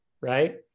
right